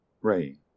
Rain